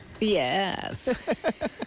Yes